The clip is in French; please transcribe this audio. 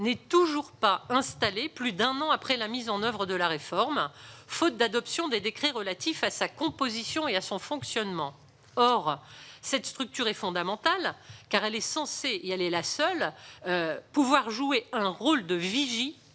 n'est toujours pas installé, plus d'un an après la mise en oeuvre de la réforme, faute d'adoption des décrets relatifs à sa composition et à son fonctionnement. Or cette structure est fondamentale, car elle est censée jouer un rôle de vigie,